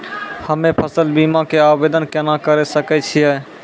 हम्मे फसल बीमा के आवदेन केना करे सकय छियै?